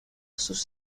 sus